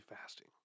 fasting